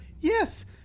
yes